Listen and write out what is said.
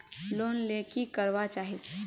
Loan ले की करवा चाहीस?